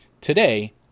today